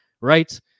right